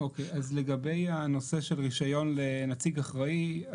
לגבי הנושא של רישיון לנציג אחראי,